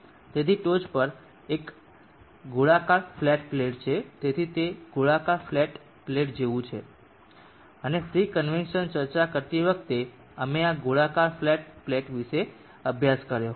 તેથી ટોચ એક ગોળાકાર ફ્લેટ પ્લેટ છે તેથી તે એક ગોળાકાર ફ્લેટ પ્લેટ જેવું છે અને ફ્રી કન્વેક્શનની ચર્ચા કરતી વખતે અમે આ ગોળાકાર ફ્લેટ પ્લેટ વિશે અભ્યાસ કર્યો હતો